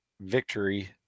victory